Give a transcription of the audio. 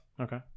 Okay